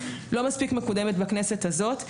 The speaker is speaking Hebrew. היא לא מספיק מקודמת בכנסת הזאת.